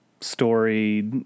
story